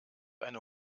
eine